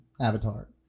avatar